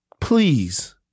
please